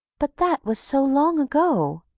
but that was so long ago,